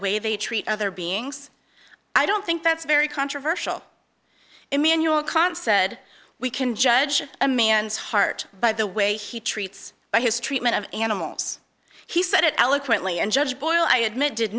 way they treat other beings i don't think that's very controversial emanuel concept we can judge a man's heart by the way he treats by his treatment of animals he said it eloquently and judge boyle i admit did